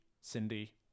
Cindy